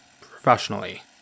Professionally